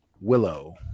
Willow